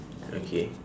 okay